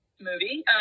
movie